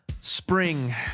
Spring